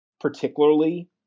particularly